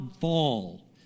fall